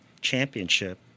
championship